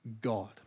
God